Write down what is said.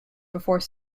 before